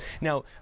Now